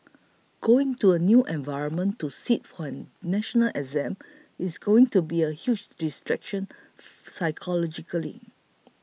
going to a new environment to sit for a national exam is going to be a huge distraction psychologically